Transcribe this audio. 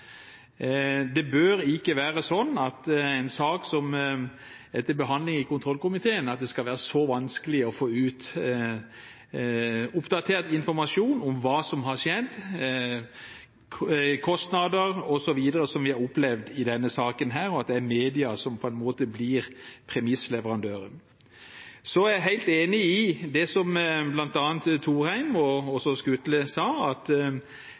Det bør ikke være sånn med en sak som er til behandling i kontrollkomiteen, at det skal være så vanskelig å få ut oppdatert informasjon om hva som har skjedd, kostnader, osv., som vi har opplevd i denne saken – at det er media som på en måte blir premissleverandøren. Jeg er helt enig i det som bl.a. representanten Thorheim, og også representanten Skutle, sa, at